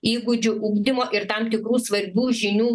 įgūdžių ugdymo ir tam tikrų svarbių žinių